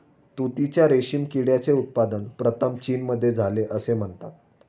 तुतीच्या रेशीम किड्याचे उत्पादन प्रथम चीनमध्ये झाले असे म्हणतात